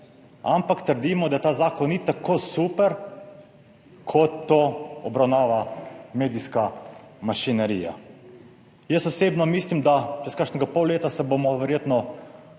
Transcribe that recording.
ampak trdimo, da ta zakon ni tako super, kot to obravnava medijska mašinerija. Jaz osebno mislim, da se bomo čez kakšnega pol leta verjetno